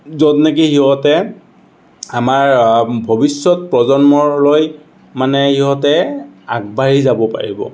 য'ত নেকি সিহঁতে আমাৰ ভৱিষ্যত প্ৰজন্মলৈ মানে সিহঁতে আগবাঢ়ি যাব পাৰিব